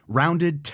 rounded